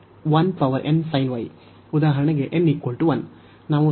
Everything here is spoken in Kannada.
ಉದಾಹರಣೆಗೆ n 1